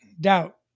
doubt